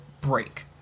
break